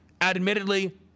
Admittedly